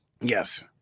Yes